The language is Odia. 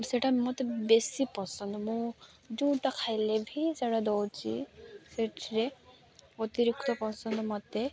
ସେଟା ମୋତେ ବେଶୀ ପସନ୍ଦ ମୁଁ ଯେଉଁଟା ଖାଇଲେ ବି ସେଟା ଦେଉଛି ସେଥିରେ ଅତିରିକ୍ତ ପସନ୍ଦ ମୋତେ